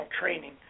training